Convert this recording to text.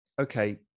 okay